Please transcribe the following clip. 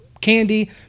candy